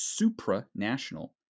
supranational